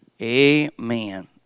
Amen